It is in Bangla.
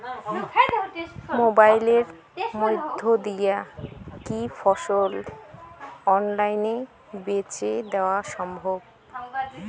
মোবাইলের মইধ্যে দিয়া কি ফসল অনলাইনে বেঁচে দেওয়া সম্ভব?